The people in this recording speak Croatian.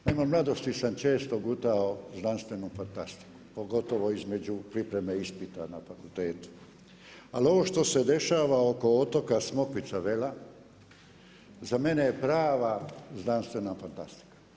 Naime, u mladosti sam često gutao znanstvenu fantastiku pogotovo između pripreme ispita na fakultetu, ali ovo što se dešava oko otoka Smokvica Mala za mene je prava znanstvena fantastika.